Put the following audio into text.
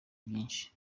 byinshi